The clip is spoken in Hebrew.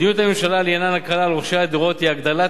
מדיניות הממשלה לעניין הקלה על רוכשי דירות היא הגדלת